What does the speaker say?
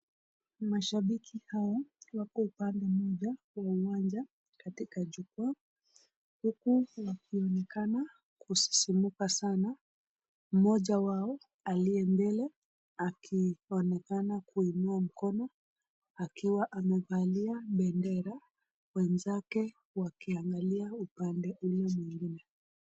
Mashabiki hawa wako upande mmoja wa uwanja katika jukwaa huku wakionekana kusisimkwa sana, mmoja wao aliye mbele akionekana kuwa ameinua mkono akiwa amevalia bendera wenzake wakiangalia upande huyo mwingine.